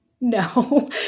No